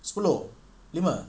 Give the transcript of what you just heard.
sepuluh lima